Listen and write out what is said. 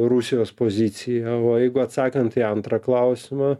rusijos poziciją o jeigu atsakant į antrą klausimą